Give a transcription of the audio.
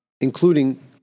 including